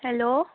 hello